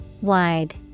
Wide